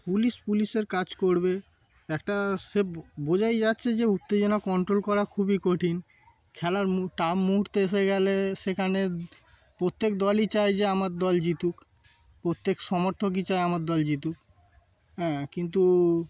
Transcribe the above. police পুলিশের কাজ করবে একটা সে বো বোঝাই যাচ্ছে যে উত্তেজনা কন্ট্রোল করা খুবই কঠিন খেলার মু টাম মুহূর্তে এসে গেলে সেখানে প্রত্যেক দলই চায় যে আমার দল জিতুক প্রত্যেক সমর্থকই চায় আমার দল জিতুক হ্যাঁ কিন্তু